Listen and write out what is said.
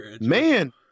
man